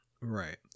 Right